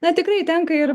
na tikrai tenka ir